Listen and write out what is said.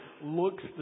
looks